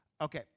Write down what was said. Okay